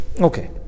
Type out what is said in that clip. okay